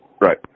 right